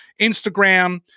Instagram